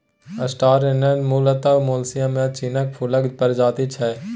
star anise मुलतः Malaysia आ चीनक फुलक प्रजाति छै